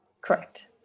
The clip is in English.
Correct